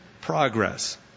progress